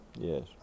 yes